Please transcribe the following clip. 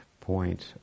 point